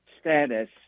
status